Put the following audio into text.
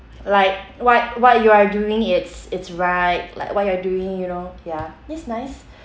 like what what you're doing it's it's right like what you're doing you know ya it's nice